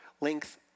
length